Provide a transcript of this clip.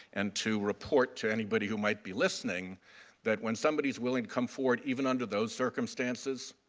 and to report to anybody who might be listening that when somebody is willing to come forward, even under those circumstances,